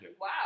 Wow